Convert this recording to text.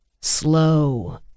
Slow